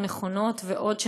לא נכונות ועוד,